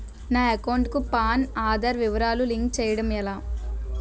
నా అకౌంట్ కు పాన్, ఆధార్ వివరాలు లింక్ చేయటం ఎలా?